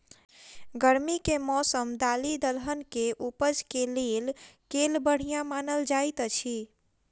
गर्मी केँ मौसम दालि दलहन केँ उपज केँ लेल केल बढ़िया मानल जाइत अछि?